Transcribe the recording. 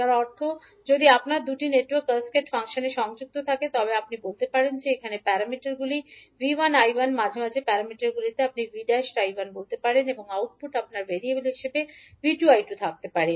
যার অর্থ যদি আপনার দুটি নেটওয়ার্ক ক্যাসকেড ফ্যাশনে সংযুক্ত থাকে তবে আপনি বলতে পারেন যে এখানে প্যারামিটারগুলি 𝐕1 𝐈1 মাঝে মাঝে প্যারামিটারগুলি আপনি 𝐕1 ′ 𝐈1 বলতে পারেন এবং আউটপুট আপনার ভেরিয়েবল হিসাবে 𝐕2 𝐈2 থাকতে পারে